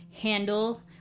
handle